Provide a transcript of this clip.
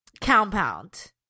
compound